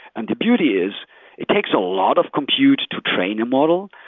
and the beauty is it takes a lot of compute to train a model,